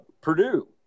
Purdue